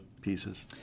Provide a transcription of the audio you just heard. pieces